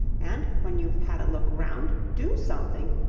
and, when you've had a look round, do something!